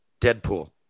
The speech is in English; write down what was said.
Deadpool